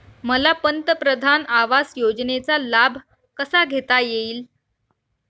मला पंतप्रधान आवास योजनेचा लाभ कसा घेता येईल?